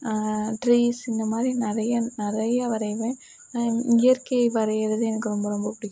trees இந்தமாதிரி நிறைய நிறைய வரைவேன் இயற்கையை வரையிறது எனக்கு ரொம்ப ரொம்ப பிடிக்கும்